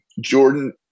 Jordan